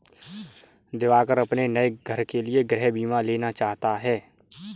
दिवाकर अपने नए घर के लिए गृह बीमा लेना चाहता है